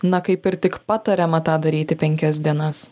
na kaip ir tik patariama tą daryti penkias dienas